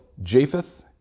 Japheth